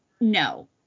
no